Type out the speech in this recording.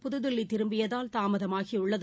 புதுதில்லிதிரும்பியதால் தாமதமாகியுள்ளது